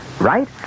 right